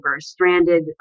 stranded